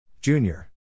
junior